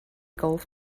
golf